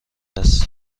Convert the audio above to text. است